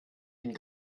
den